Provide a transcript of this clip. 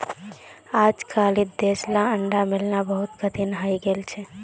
अजकालित देसला अंडा मिलना बहुत कठिन हइ गेल छ